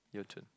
your turn